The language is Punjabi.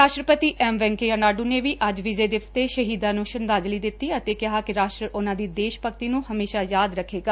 ਰਾਸ਼ਟਰਪਤੀ ਐਮ ਵੈਂਕੇਆ ਨਾਇਡੂ ਨੇ ਵੀ ਅੱਜ ਵਿਜੈ ਦਿਵਸ ਤੇ ਸ਼ਹੀਦਾਂ ਨੂੰ ਸ਼ਰਧਾਂਜਲੀ ਦਿੱਤੀ ਅਤੇ ਕਿਹਾ ਕਿ ਰਾਸ਼ਟਰ ਉਨੂਾਂ ਦੀ ਦੇਸ਼ ਭਗਡੀ ਨੂੰ ਹਮੇਸ਼ਾ ਯਾਦ ਰੱਖੇਗਾ